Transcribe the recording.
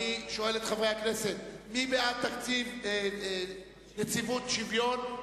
אני שואל את חברי הכנסת: מי בעד תקציב נציבות שוויון,